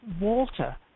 water